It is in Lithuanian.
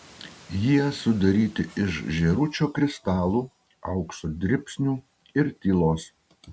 jie sudaryti iš žėručio kristalų aukso dribsnių ir tylos